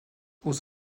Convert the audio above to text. aux